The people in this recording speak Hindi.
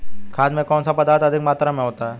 खाद में कौन सा पदार्थ अधिक मात्रा में होता है?